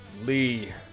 Lee